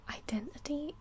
identity